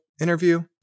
interview